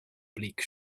bleak